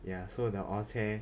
ya so the orh cheh